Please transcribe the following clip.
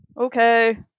Okay